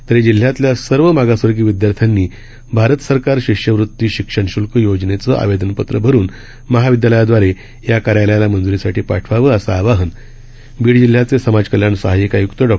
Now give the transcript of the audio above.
तरीजिल्ह्यातल्यासर्वमागासवर्गीयविद्यार्थ्यांनीभारतसरकारशिष्यवर्ती शिक्षणश्ल्कयायोजनेचेआवेदनपत्रभरूनमहाविद्यालयाद्वारेयाकार्यालयासमंजूरीसाठीपाठवावेअसंआवाहन बीडजिल्ह्याचेसमाजकल्याणसहाय्यकआय्क्तडॉ